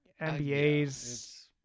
NBA's